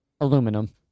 Aluminum